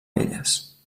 elles